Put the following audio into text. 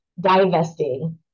divesting